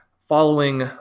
following